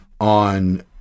on